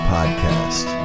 Podcast